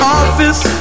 office